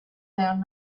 found